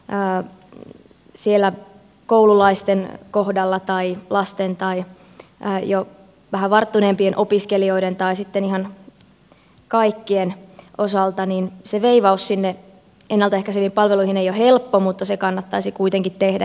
ja siellä koululaisten kohdalla tai lasten tai jo vähän varttuneempien opiskelijoiden kohdalla tai sitten ihan kaikkien osalta se veivaus sinne ennalta ehkäiseviin palveluihin ei ole helppo mutta se kannattaisi kuitenkin tehdä